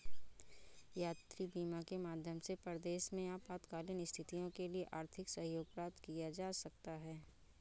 यात्री बीमा के माध्यम से परदेस में आपातकालीन स्थितियों के लिए आर्थिक सहयोग प्राप्त किया जा सकता है